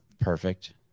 perfect